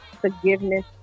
forgiveness